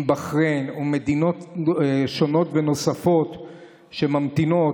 בחריין ומדינות שונות ונוספות שממתינות,